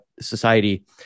society